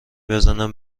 بزنم